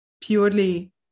purely